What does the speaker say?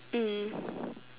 mm